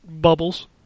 Bubbles